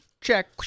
Check